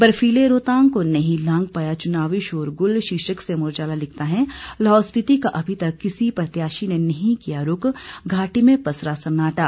बर्फीले रोहतांग को नहीं लांघ पाया चुनावी शोरगुल शीर्षक से अमर उजाला लिखता है लाहौल स्पिति का अभी तक किसी प्रत्याशी ने नहीं किया रुख घाटी में पसरा सन्नाटा